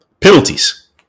Penalties